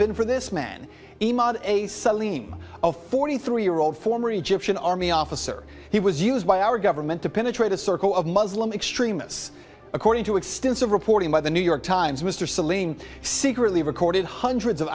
been for this man a celine of forty three year old former egyptian army officer he was used by our government to penetrate a circle of muslim extremists according to extensive reporting by the new york times mr celine secretly recorded hundreds of